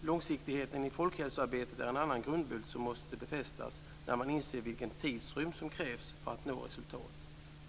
Långsiktigheten i folkhälsoarbetet är en annan grundbult som måste befästas när man inser vilken tidsrymd som krävs för att nå resultat.